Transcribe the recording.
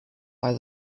are